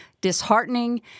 disheartening